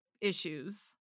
issues